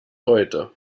heute